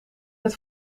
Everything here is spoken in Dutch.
het